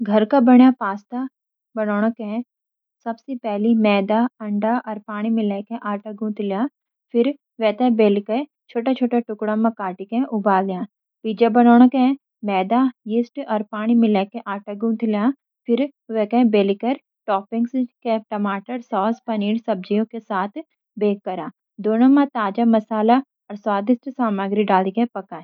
घर का बना पास्ता बनाण के, आप सबसे पहले मैदा, अंडा अर पानी मिलाके आटा गूंथ लें, फिर वे बेल कर छोटे टुकड़ों में काट के उबाल दया। पिज़्ज़ा बनाण के लिए, मैदा, यीस्ट अर पानी मिलाके आटा गूंथ लय, फिर वे बेलकर टॉपिंग्स (टमाटर सॉस, पनीर, सब्ज़ियाँ) के साथ बेक करा। दोनों में ताजे मसाले अर स्वादिष्ट सामग्री डालके पका।